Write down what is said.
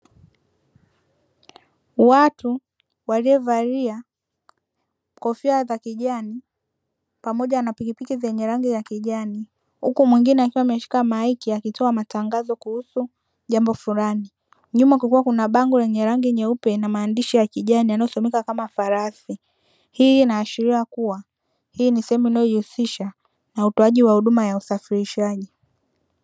Watu waliovalia kofia za kijani pamoja na pikipiki zenye rangi ya kijani, huku mwingine akiwa ameshika maiki akitoa matangazo kuhusu jambo fulani. Nyuma kukiwa kuna bango lenye rangi nyeupe na maandishi ya kijani; yanayosomeka kama farasi. Hii inaashiria kuwa hii ni sehemu inayojihusisha na utoaji wa huduma ya usafirishaji.